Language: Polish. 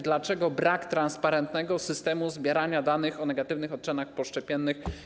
Dlaczego brak jest transparentnego systemu zbierania danych o negatywnych odczynach poszczepiennych?